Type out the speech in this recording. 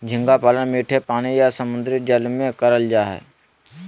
झींगा पालन मीठे पानी या समुंद्री जल में करल जा हय